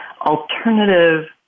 alternative